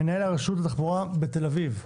מנהל הרשות לתחבורה בתל אביב.